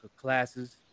classes